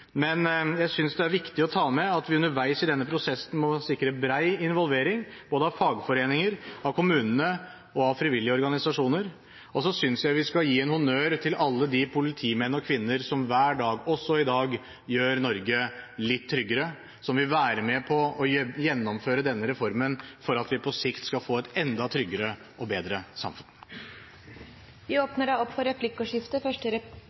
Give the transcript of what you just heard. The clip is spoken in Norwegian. men jeg synes det er viktig å ta med at vi underveis i denne prosessen må sikre bred involvering, både av fagforeninger, av kommuner og av frivillige organisasjoner. Så synes jeg vi skal gi en honnør til alle politimenn og -kvinner som hver dag, også i dag, gjør Norge litt tryggere, som vil være med på å gjennomføre denne reformen for at vi på sikt skal få et enda tryggere og bedre samfunn. Det blir replikkordskifte.